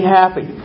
happy